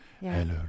Hello